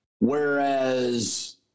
Whereas